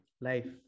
Life